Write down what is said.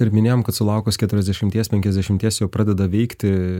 ir minėjom kad sulaukus keturiasdešimties penkiasdešimties jau pradeda veikti